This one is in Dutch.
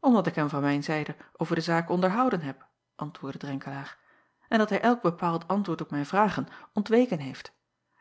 mdat ik hem van mijne zijde over de zaak onderhouden heb antwoordde renkelaer en dat hij elk bepaald antwoord op mijn vragen ontweken heeft